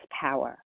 power